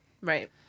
Right